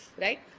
right